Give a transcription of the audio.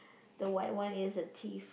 the white one is a thief